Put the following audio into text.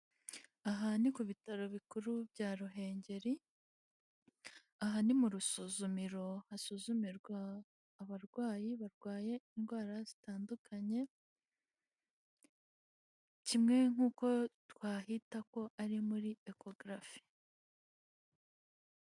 Aha ni ku bitaro bikuru bya ruhengeri aha ni mu rusuzumiro hasuzumirwa abarwayi barwaye indwara zitandukanye kimwe nuko twahita ko ari muri eco graph